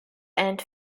and